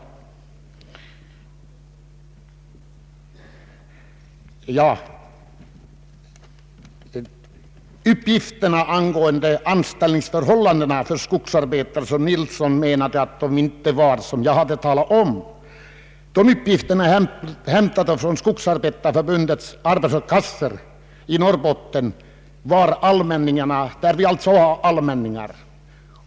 Herr Nilsson menade att uppgifterna angående anställningsförhållandena för skogsarbetarna inte var riktiga. Dessa uppgifter är hämtade från Skogsarbetarförbundets arbetslöshetskassor i Norrbotten, där vi alltså har allmänningar.